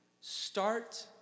Start